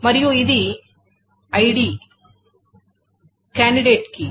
మరియు ఇది ID candidate key